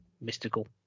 mystical